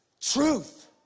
truth